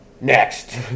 Next